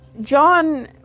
John